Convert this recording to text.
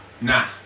Nah